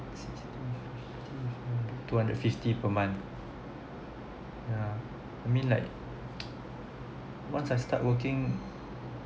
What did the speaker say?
two hundred fifty per month yeah I mean like once I start working